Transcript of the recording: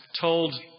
told